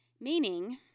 Meaning